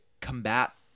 combat